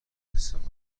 استفاده